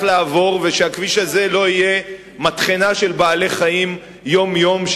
לעבור והכביש הזה לא יהיה מטחנה של בעלי-חיים יום-יום,